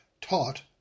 taught